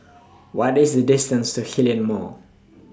What IS The distance to Hillion Mall